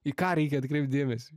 į ką reikia atkreipti dėmesį